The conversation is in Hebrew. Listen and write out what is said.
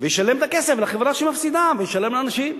וישלם את הכסף לחברה שמפסידה וישלם לאנשים.